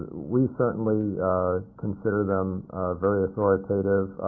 we certainly consider them very authoritative.